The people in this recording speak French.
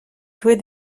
jouer